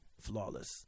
flawless